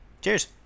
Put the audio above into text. Cheers